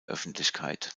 öffentlichkeit